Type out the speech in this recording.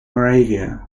moravia